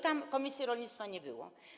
Tam komisji rolnictwa nie było.